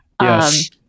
Yes